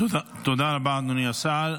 תודה רבה, אדוני השר.